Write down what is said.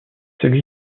celui